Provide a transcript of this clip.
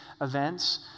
events